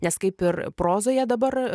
nes kaip ir prozoje dabar